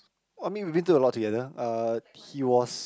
I mean we went through a lot together uh he was